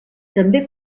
també